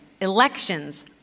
elections